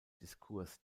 diskurs